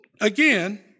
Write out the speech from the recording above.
again